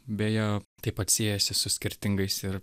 beje taip pat siejasi su skirtingais ir